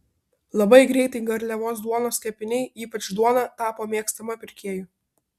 labai greitai garliavos duonos kepiniai ypač duona tapo mėgstama pirkėjų